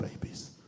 babies